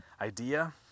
idea